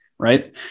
right